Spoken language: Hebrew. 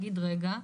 רגע,